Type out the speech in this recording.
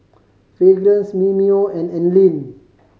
Fragrance Mimeo and Anlene